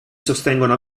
sostengono